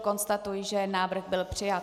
Konstatuji, že návrh byl přijat.